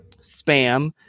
spam